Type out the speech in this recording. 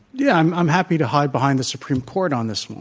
yeah, i'm i'm happy to hide behind the supreme court on this one.